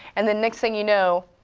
and then next thing you know,